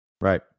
Right